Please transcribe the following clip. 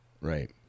right